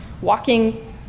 walking